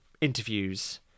interviews